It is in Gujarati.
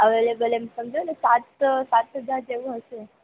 અવેલેબલ એમ સમજોને સાત સાત હજાર જેવું હશે